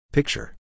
Picture